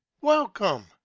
Welcome